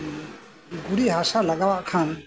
ᱜᱩᱨᱤᱡ ᱦᱟᱥᱟ ᱞᱟᱜᱟᱣᱟᱜ ᱠᱷᱟᱱ ᱟ